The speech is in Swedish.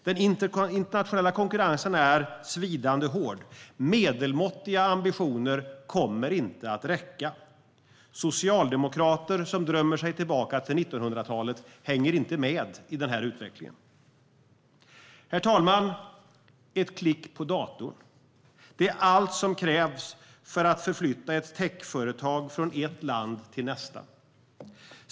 Den internationella konkurrensen är svidande hård. Medelmåttiga ambitioner kommer inte att räcka. Socialdemokrater som drömmer sig tillbaka till 1900-talet hänger inte med i den här utvecklingen. Herr talman! Ett klick på datorn är allt som krävs för att flytta ett techföretag från ett land till nästa.